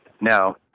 No